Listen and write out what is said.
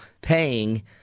paying